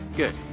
good